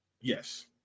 Yes